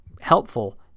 helpful